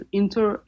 inter